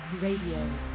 Radio